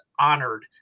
honored